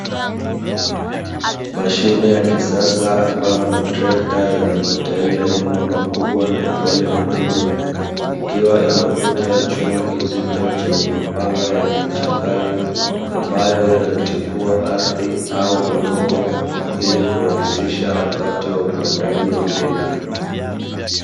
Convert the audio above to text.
Mashine ya kisasa ambayo ni trekta yenye matairi ya nyuma makubwa na ya mbele madogo, ikiwa inavuta chuma kizito chenye mapanga yenye ncha kali ambayo yanatifua ardhi au udongo, ili kurahisisha wakati wa upandaji wa mbegu.